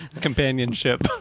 companionship